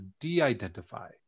de-identify